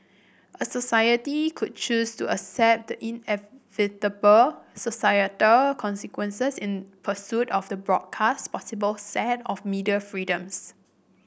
a society could choose to accept the inevitable societal consequences in pursuit of the broadcast possible set of media freedoms